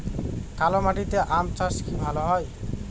কালো মাটিতে আম চাষ কি ভালো হয়?